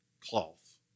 cloth